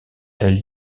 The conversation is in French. elle